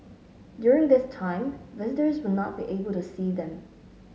during this time visitors will not be able to see them